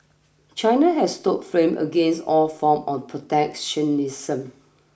China has stood firm against all form of protectionism